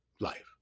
life